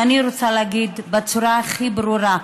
ואני רוצה להגיד בצורה הכי ברורה: